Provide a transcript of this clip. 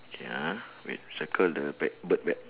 okay ah wait circle the black bird black